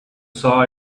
saw